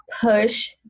push